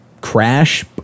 crash